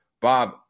Bob